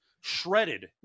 shredded